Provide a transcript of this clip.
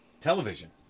television